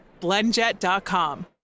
Blendjet.com